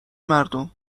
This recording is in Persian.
مردم